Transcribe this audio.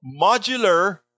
modular